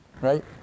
right